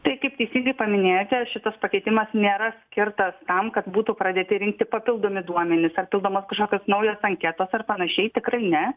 tai kaip teisingai paminėjote šitas pakeitimas nėra skirtas tam kad būtų pradėti rinkti papildomi duomenys ar pildomos kažkokios naujos anketos ar panašiai tikrai ne